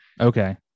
Okay